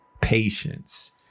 patience